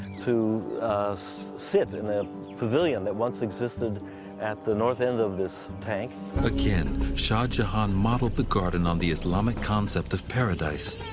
to sit in a pavilion that once existed at the north end of this tank. narrator again shah jahan modeled the garden on the islamic concept of paradise.